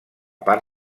part